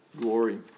glory